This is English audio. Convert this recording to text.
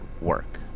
work